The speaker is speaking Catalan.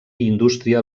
indústria